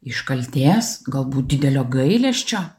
iš kaltės galbūt didelio gailesčio